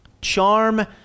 Charm